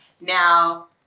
Now